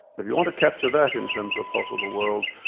if you want to capture that in terms of possible worlds,